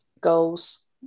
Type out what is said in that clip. goals